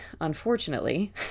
unfortunately